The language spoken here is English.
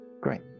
great